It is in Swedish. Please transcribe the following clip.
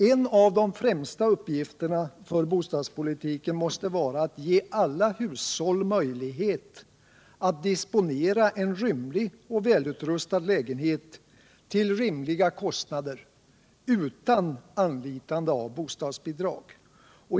En av de främsta uppgifterna för bostadspolitiken måste vara att ge alla hushåll möjlighet att disponera en rymlig och välutrustad lägenhet till rimliga kostnader utan anlitande av bostadsbidrag.